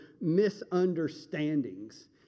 misunderstandings